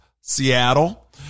Seattle